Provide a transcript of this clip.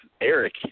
Eric